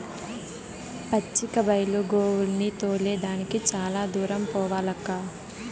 పచ్చిక బైలు గోవుల్ని తోలే దానికి చాలా దూరం పోవాలక్కా